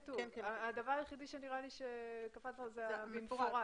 הדבר היחידי שנראה לי שחסר כאן זה "במפורט".